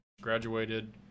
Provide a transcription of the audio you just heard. graduated